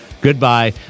goodbye